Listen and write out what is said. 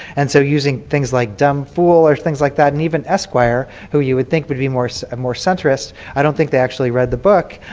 and so using things like dumb fool or things like that and even esquire, who you would think would be more so more centrist, i don't think they read the book,